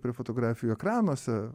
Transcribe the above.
prie fotografijų ekranuose